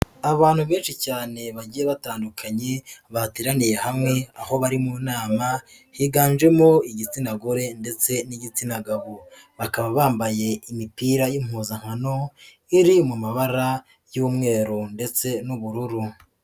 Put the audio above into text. Abantu benshi cyane bagiye batandukanye, bateraniye hamwe aho bari mu nama, higanjemo igitsina gore ndetse n'igitsina gabo, bakaba bambaye imipira y'impuzankano iri mu mabara y'umweru ndetse n'ubururu.